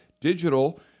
Digital